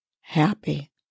happy